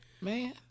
Man